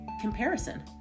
comparison